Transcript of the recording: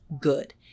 good